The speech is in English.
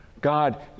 God